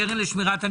קרן לשמירת הניקיון.